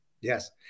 Yes